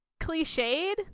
cliched